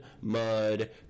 mud